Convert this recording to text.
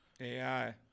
AI